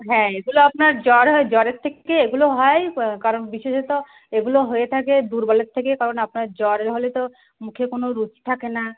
হ্যাঁ এগুলো আপনার জ্বর হয় জ্বরের থেকে এগুলো হয় কারণ বিশেষত এগুলো হয়ে থাকে দুর্বলের থেকে কারণ আপনার জ্বর হলে তো মুখে কোনো রুচি থাকে না